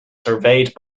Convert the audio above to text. surveyed